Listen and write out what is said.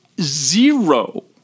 zero